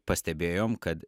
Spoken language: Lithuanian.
pastebėjom kad